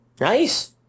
Nice